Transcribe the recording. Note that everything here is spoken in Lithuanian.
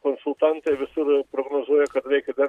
konsultantai visur prognozuoja kad reikia dar